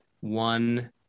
one